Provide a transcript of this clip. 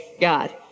God